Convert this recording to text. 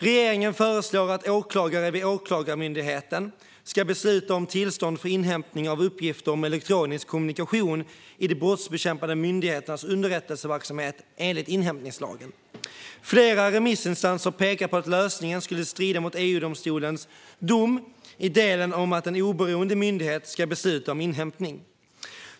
Regeringen föreslår att åklagare vid Åklagarmyndigheten ska besluta om tillstånd för inhämtning av uppgifter om elektronisk kommunikation i de brottsbekämpande myndigheternas underrättelseverksamhet enligt inhämtningslagen. Flera remissinstanser pekar på att lösningen skulle strida mot EU-domstolens dom i delen om att en oberoende myndighet ska besluta om inhämtning.